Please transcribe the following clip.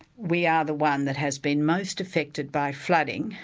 we are the one that has been most affected by flooding,